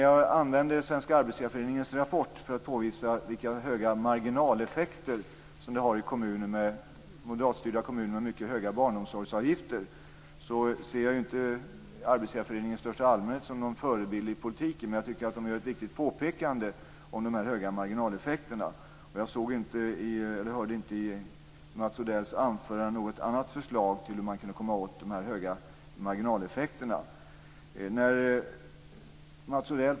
Jag använde Svenska Arbetsgivareföreningens rapport för att påvisa vilka höga marginaleffekter som finns i moderatstyrda kommuner med mycket höga barnomsorgsavgifter. Jag ser inte Arbetsgivareföreningen i största allmänhet som en förebild i politiken, men jag tycker att de gör ett viktigt påpekande om de höga marginaleffekterna. Jag hörde inte något annat förslag i Mats Odells anförande om hur man kan komma åt dessa höga marginaleffekter.